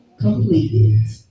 completed